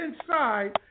inside